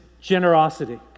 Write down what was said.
generosity